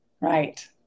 Right